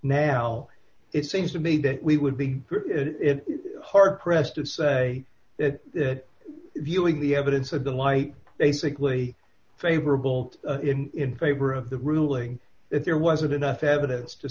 now it seems to me that we would be hard pressed to say that viewing the evidence of the light basically favorable in favor of the ruling if there wasn't enough evidence to